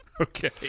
Okay